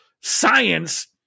science